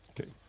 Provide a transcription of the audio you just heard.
Okay